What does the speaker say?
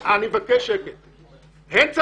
אין בעולם.